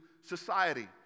society